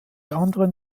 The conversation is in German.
anderen